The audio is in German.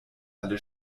alle